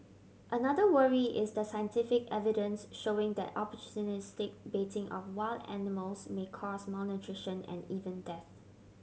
another worry is the scientific evidence showing that opportunistic baiting of wild animals may cause malnutrition and even death